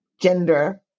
gender